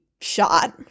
shot